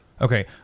okay